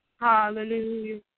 Hallelujah